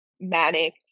manic